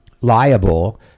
liable